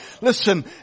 Listen